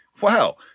Wow